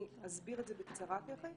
אני אסביר את זה בקצרה תיכף,